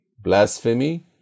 blasphemy